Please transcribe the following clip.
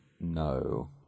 No